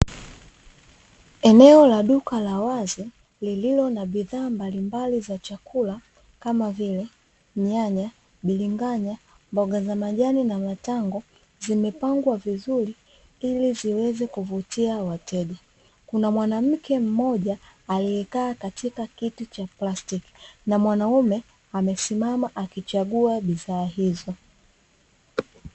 Eneo la duka la wazi lililo na bidhaa mbalimbali za chakula kama vile nyanya, bilinganya, mboga za majani na matango, zimepangwa vizuri ili ziweze kuvutia wateja kuna mwanamke mmoja aliyekaa katika kiti cha plastiki na mwanaume amesimama akichagua bidhaa hizo.